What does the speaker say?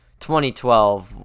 2012